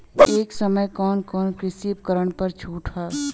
ए समय कवन कवन कृषि उपकरण पर छूट ह?